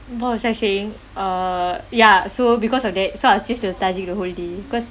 what was I saying err ya so because of that so I choose to study the whole day because